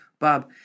Bob